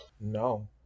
No